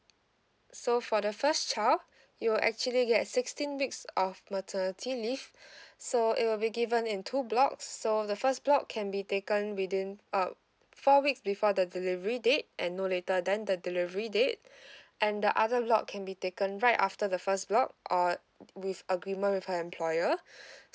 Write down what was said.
so for the first child you will actually get sixteen weeks of maternity leave so it will be given in two block so the first block can be taken within uh four weeks before the delivery date and no later than the delivery date and the other block can be taken right after the first block or with agreement with her employer